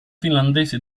finlandese